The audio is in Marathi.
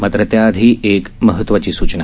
मात्र त्याआधी एक महत्वाची सुचना